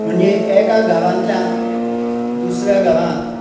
म्हणजे एका घरांतल्यान दुसऱ्या घरांत